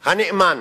הנאמן